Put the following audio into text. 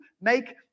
make